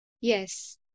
Yes